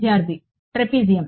విద్యార్థి ట్రాపెజియం